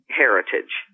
heritage